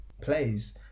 plays